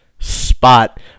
spot